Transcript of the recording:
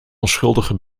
onschuldige